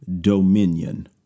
dominion